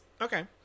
Okay